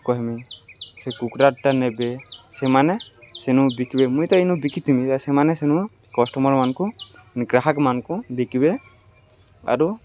କହେମି ସେ କୁକୁଡ଼ାଟା ନେବେ ସେମାନେ ସେନୁ ବିକ୍ବେ ମୁଇଁ ତ ଇନୁ ବିକିଥିମି ସେମାନେ ସେନୁ କଷ୍ଟମର୍ମାନ୍କୁ ଗ୍ରାହକମାନ୍କୁ ବିକ୍ବେ ଆରୁ